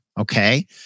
okay